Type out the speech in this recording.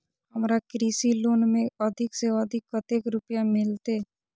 हमरा कृषि लोन में अधिक से अधिक कतेक रुपया मिलते?